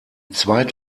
zweit